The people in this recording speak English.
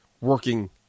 working